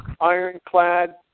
ironclad